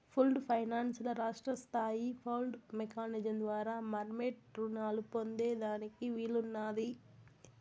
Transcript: pooled finance ల రాష్ట్రస్తాయి pooled mechanism ద్వారా మార్మెట్ రునాలు పొందేదానికి వీలున్నాది